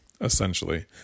essentially